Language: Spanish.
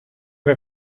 que